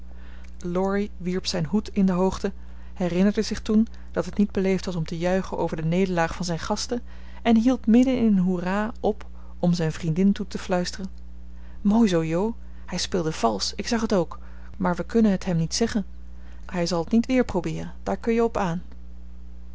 laurie wierp zijn hoed in de hoogte herinnerde zich toen dat het niet beleefd was om te juichen over de nederlaag van zijn gasten en hield midden in een hoera op om zijn vriendin toe te fluisteren mooi zoo jo hij speelde valsch ik zag het ook maar wij kunnen t hem niet zeggen hij zal t niet weer probeeren daar kun je op aan